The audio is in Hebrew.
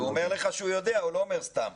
הוא אומר לך שהוא יודע, הוא לא אומר סתם.